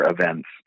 events